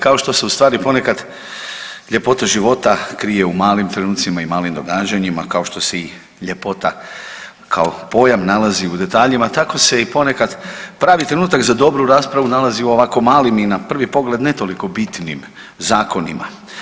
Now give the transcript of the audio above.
Kao što se ustvari ponekad ljepota života krije u malim trenucima i malim događanjima, kao što se i ljepota kao pojam nalazi u detaljima, tako se i ponekad pravi trenutak za dobru raspravu nalazi u ovako malim i na prvi pogled ne toliko bitnim zakonima.